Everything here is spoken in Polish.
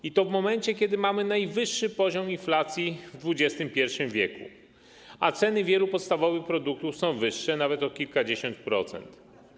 I to w momencie, kiedy mamy najwyższy poziom inflacji w XXI w., a ceny wielu podstawowych produktów są wyższe nawet o kilkadziesiąt procent.